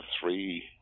three